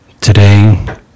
Today